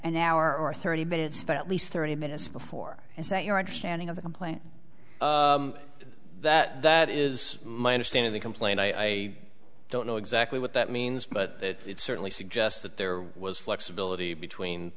an hour or thirty minutes at least thirty minutes before is that your understanding of the complaint that that is my understanding the complaint i don't know exactly what that means but it certainly suggests that there was flexibility between